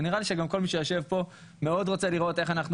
ונראה לי שגם כל מי שיושב פה מאוד רוצה לראות איך אנחנו